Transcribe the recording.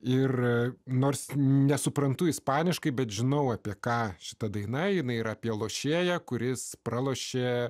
ir nors nesuprantu ispaniškai bet žinau apie ką šita daina eina ir apie lošėją kuris pralošė